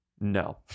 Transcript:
No